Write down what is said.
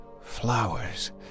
flowers